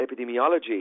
epidemiology